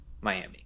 Miami